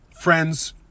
friends